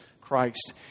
Christ